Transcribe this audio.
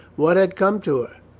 what had come to her?